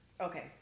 Okay